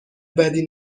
بدی